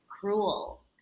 Cruel